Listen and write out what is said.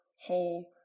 whole